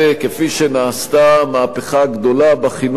כפי שנעשתה מהפכה גדולה בחינוך,